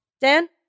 Dan